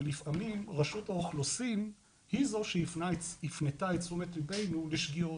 ולפעמים רשות האוכלוסין היא זו שהפנתה את תשומת ליבנו לשגיאות.